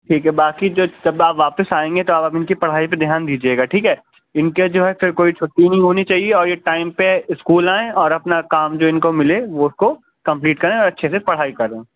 ٹھیک ہے باقی جو تب آپ واپس آئیں گے تو آپ ان کی پڑھائی پہ دھیان دیجیے گا ٹھیک ہے ان کے جو ہے پھر کوئی چھٹی نہیں ہونی چاہیے اور یہ ٹائم پہ اسکول آئیں اور اپنا کام جو ہے ان کو ملے وہ اس کو کمپلیٹ کریں اور اچھے سے پڑھائی کریں